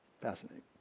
Fascinating